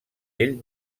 ell